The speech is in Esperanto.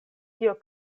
kio